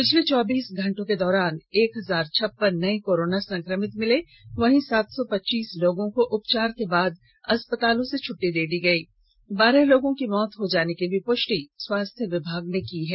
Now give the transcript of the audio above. पिछले चौबीस घंटे के दौरान एक हजार छप्पन नए कोरोना संक्रमित मिले वहीं सात सौ पच्चीस लोगों को उपचार के बाद अस्पतालों से छुट्टी दे दी गई वहीं बारह लोगों की मौत हो जाने की भी पुष्टि स्वास्थ्य विभाग ने की है